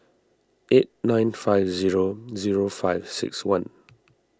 eight nine five zero zero five six one